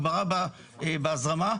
הגברה בהזרמה,